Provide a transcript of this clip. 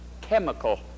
chemical